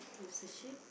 is the sheep